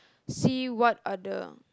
see what are the